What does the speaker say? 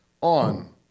on